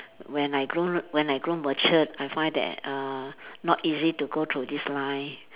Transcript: when I grown when I grown matured I find that uh not easy to go through this line